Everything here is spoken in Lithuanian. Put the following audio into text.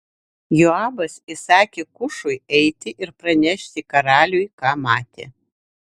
joabas įsakė kušui eiti ir pranešti karaliui ką matė